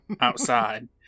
outside